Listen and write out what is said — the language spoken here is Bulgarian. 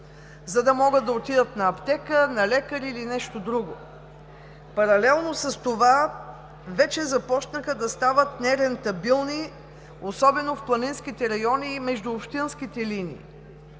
за да могат да отидат на аптека, на лекар или нещо друго, което е грубо нарушение. Паралелно с това вече започнаха да стават нерентабилни особено в планинските райони и междуобщинските линии.